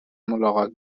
ملاقات